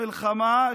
המלחמה,